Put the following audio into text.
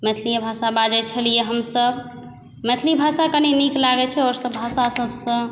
मैथिलिए भाषा बाजै छलिए हमसब मैथिली भाषा कनी नीक लागै छै आओर सब भाषा सबसँ